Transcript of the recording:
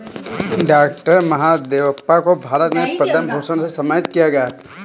doctor Mahadevappa को भारत में पद्म भूषण से सम्मानित किया गया है